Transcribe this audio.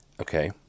Okay